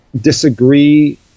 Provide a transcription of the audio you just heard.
disagree